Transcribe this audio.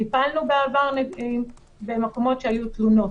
טיפלנו בעבר במקומות שהיו תלונות,